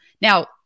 Now